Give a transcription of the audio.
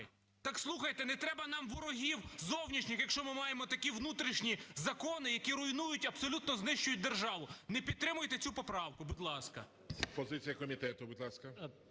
Так, слухайте, не треба нам ворогів зовнішніх, якщо ми маємо такі внутрішні закони, які руйнують, абсолютно знищують державу. Не підтримуйте цю поправку, будь ласка.